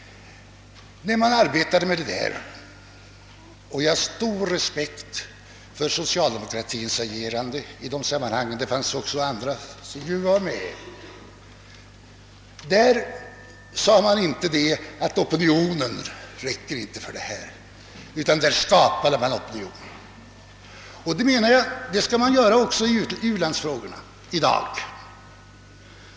När man arbetade med detta — jag har stor respekt för socialdemokratins agerande i dessa sammanhang; det fanns också andra som var med — sade man inte att opinionen var otillräcklig härför utan man skapade en opinion. Det anser jag att man skall göra också i u-landsfrågorna i dag.